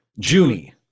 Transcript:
Junie